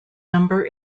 number